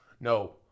no